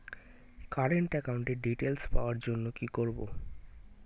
Current একাউন্টের details পাওয়ার জন্য কি করব?